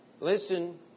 Listen